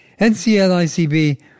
NCLICB